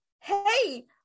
hey